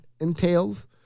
entails